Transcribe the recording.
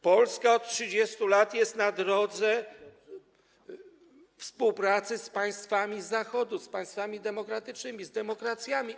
Polska od 30 lat jest na drodze współpracy z państwami Zachodu, z państwami demokratycznymi, z demokracjami.